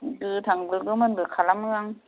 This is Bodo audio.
गोथांबो गोमोनबो खालामो आं